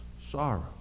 sorrow